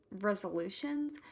resolutions